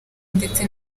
ndetse